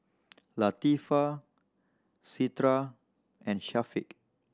Latifa Citra and Syafiq